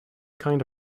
kind